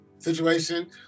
situation